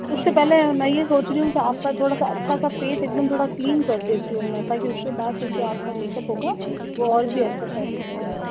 उससे पहले मैं यह सोच रही हूँ आपका थोड़ा सा अच्छा सा फेस एकदम थोड़ा क्लीन कर देती हूँ मैं ताकि उसके बाद जो आपका मेकअप होगा वो और भी अच्छा सेट हो जायेगा